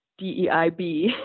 DEIB